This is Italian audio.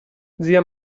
zia